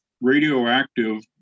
radioactive